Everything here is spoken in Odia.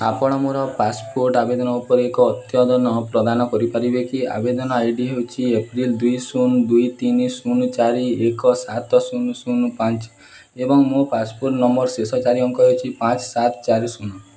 ଆପଣ ମୋର ପାସପୋର୍ଟ ଆବେଦନ ଉପରେ ଏକ ଅଦ୍ୟତନ ପ୍ରଦାନ କରିପାରିବେ କି ଆବେଦନ ଆଇ ଡି ହେଉଛି ଏ ପି ଏଲ୍ ଦୁଇ ଶୂନ ଦୁଇ ତିନି ଶୂନ ଚାରି ଏକ ସାତ ଶୂନ ଶୂନ ପାଞ୍ଚ ଏବଂ ମୋ ପାସପୋର୍ଟ ନମ୍ବରର ଶେଷ ଚାରି ଅଙ୍କ ହେଉଛି ପାଞ୍ଚ ସାତ ଚାରି ଶୂନ